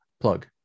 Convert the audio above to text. plug